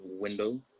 window